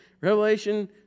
Revelation